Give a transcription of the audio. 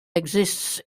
exists